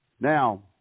Now